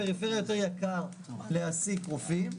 בפריפריה יותר יקר להעסיק רופאים,